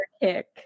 kick